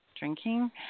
drinking